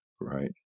right